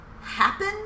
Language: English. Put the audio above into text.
happen